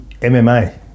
MMA